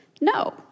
No